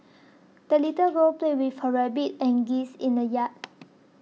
the little girl played with her rabbit and geese in the yard